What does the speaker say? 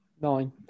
Nine